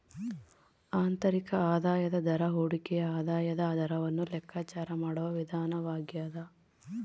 ಆಂತರಿಕ ಆದಾಯದ ದರ ಹೂಡಿಕೆಯ ಆದಾಯದ ದರವನ್ನು ಲೆಕ್ಕಾಚಾರ ಮಾಡುವ ವಿಧಾನವಾಗ್ಯದ